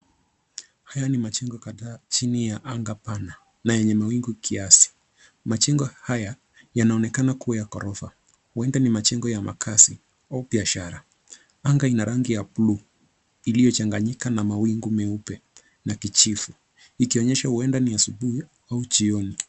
Haya ni majengo kadhaa chini ya anga pana na yenye mawingu kiasi. Majengo haya yanaonekana kua ya ghorofa, huenda ni majengo ya makasi au biashara. Anga ina rangi ya bluu iliyochanganyika na mawingu meupe na kijivu ikionyesha huenda ni asubuhi au jioni.